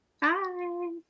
Bye